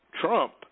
Trump